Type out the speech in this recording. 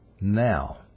Now